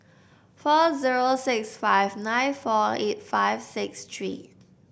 four zero six five nine four eight five six three